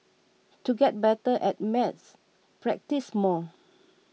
to get better at maths practise more